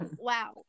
Wow